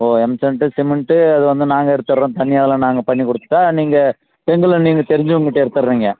ஓ M sand cement அது வந்து நாங்கள் எடுத்தறோம் தனியாகலாம் நாங்கள் பண்ணி கொடுத்துட்டா நீங்கள் செங்கலும் நீங்கள் தெரிஞ்சவங்க கிட்ட எடுத்துடுறிங்க